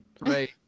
right